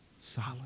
solid